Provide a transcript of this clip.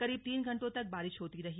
करीब तीन घंटों तक बारिश होती रही